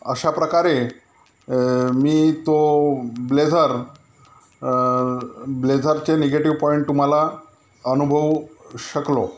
अशा प्रकारे मी तो ब्लेजर ब्लेजरचे निगेटिव्ह पॉईंट तुम्हाला अनुभवू शकलो